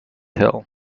hill